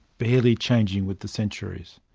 barely changing with the centuries.